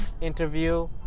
interview